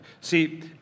See